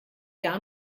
gar